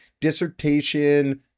dissertation